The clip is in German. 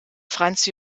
franz